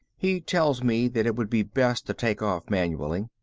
he tells me that it would be best to take off manually.